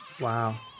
Wow